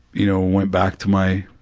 you know, went back to my,